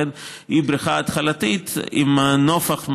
לכן היא בריכה התחלתית עם הנפח,